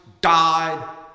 died